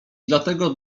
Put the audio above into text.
dlatego